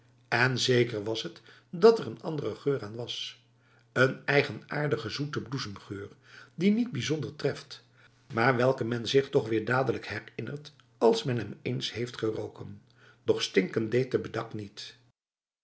en zeker was het dat er een andere geur aan was een eigenaardige zoete bloesemgeur die niet bijzonder treft maar welke men zich toch weer dadelijk herinnert als men hem eens heeft geroken doch stinken deed de bedak niet